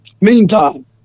Meantime